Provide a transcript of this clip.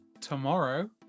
tomorrow